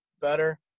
better